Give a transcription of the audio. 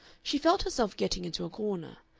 she felt herself getting into a corner.